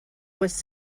was